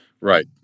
right